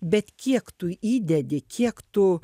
bet kiek tu įdedi kiek tu